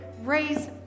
raise